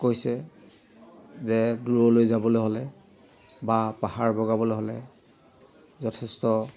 কৈছে যে দূৰলৈ যাবলৈ হ'লে বা পাহাৰ বগাবলৈ হ'লে যথেষ্ট